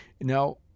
Now